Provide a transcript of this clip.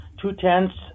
two-tenths